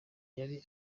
yari